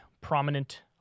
prominent